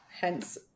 Hence